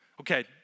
Okay